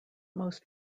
most